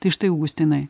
tai štai augustinai